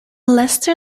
lester